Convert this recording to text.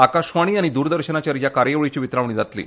आकाशवाणी आनी द्रदर्शनाचेर ह्या कार्यावळीची वितरावणी जातली